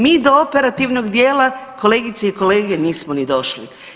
Mi do operativnog dijela, kolegice i kolege, nismo ni došli.